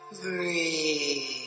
breathe